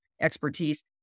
expertise